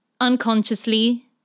unconsciously